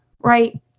right